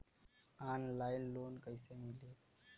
Online loan कइसे मिली?